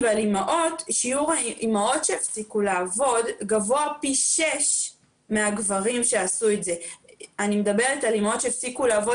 אם המעסיק יגיע לאחד ביולי ויגלה שהוא לא יכול להמשיך ולהחזיק אותן